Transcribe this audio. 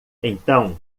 então